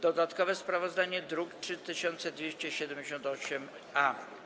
Dodatkowe sprawozdanie to druk nr 3278-A.